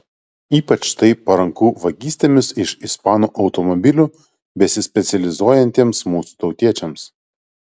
ypač tai paranku vagystėmis iš ispanų automobilių besispecializuojantiems mūsų tautiečiams